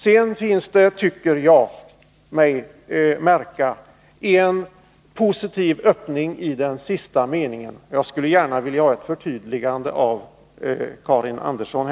Sedan finns det, tycker jag mig märka, en positiv öppning i den sista meningen i svaret. Jag skulle gärna vilja ha ett förtydligande av Karin Andersson.